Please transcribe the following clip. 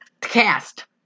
Cast